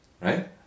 right